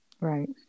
Right